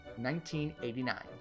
1989